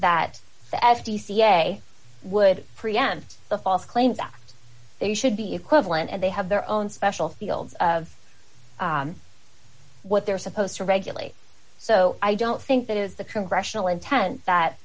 that the f t c a would preempt the false claims act they should be equivalent and they have their own special fields of what they're supposed to regulate so i don't think that is the congressional intent that